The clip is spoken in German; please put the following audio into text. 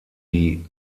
die